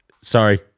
Sorry